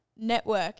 network